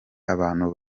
abantu